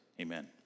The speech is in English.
Amen